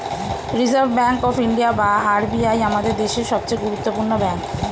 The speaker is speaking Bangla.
রিসার্ভ ব্যাঙ্ক অফ ইন্ডিয়া বা আর.বি.আই আমাদের দেশের সবচেয়ে গুরুত্বপূর্ণ ব্যাঙ্ক